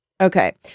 Okay